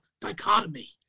dichotomy